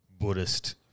Buddhist